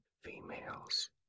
Females